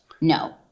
no